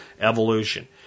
evolution